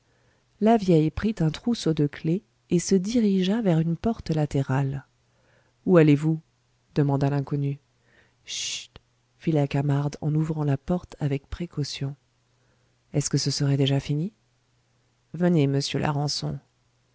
la vieille prit un trousseau de clefs et se dirigea vers une porte latérale ou allez-vous demanda l'inconnu chut fit la camarde en ouvrant la porte avec précaution est-ce que ce serait déjà fini venez monsieur larençon